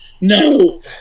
no